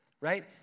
Right